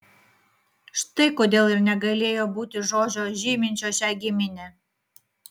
štai kodėl ir negalėjo būti žodžio žyminčio šią giminę